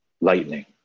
Lightning